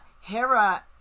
Hera